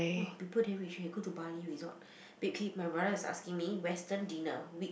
!wah! people damn rich eh go to Bali resort babe K my brother is asking me Western dinner week